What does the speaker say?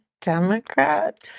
Democrat